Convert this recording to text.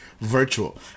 virtual